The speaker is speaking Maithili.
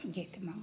गीतमे